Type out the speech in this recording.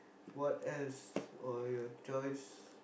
what else or your choice